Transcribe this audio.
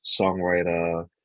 songwriter